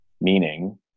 meaning